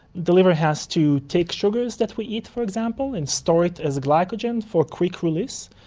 the liver has to take sugars that we eat, for example, and store it as glycogen for quick release.